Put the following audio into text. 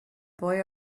boy